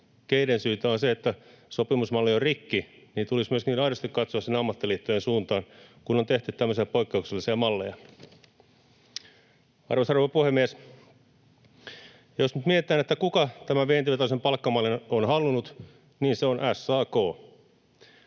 keiden syytä on se, että sopimusmalli on rikki, niin tulisi myöskin aidosti katsoa sinne ammattiliittojen suuntaan, kun on tehty tämmöisiä poikkeuksellisia malleja. Arvoisa rouva puhemies! Jos nyt mietitään, kuka tämän vientivetoisen palkkamallin on halunnut, niin se on SAK.